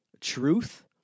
truth